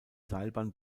seilbahn